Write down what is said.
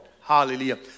Hallelujah